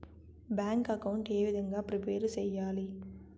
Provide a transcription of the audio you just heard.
Bank account ఏ విధంగా prepare సెయ్యాలి?